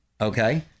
Okay